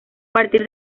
partir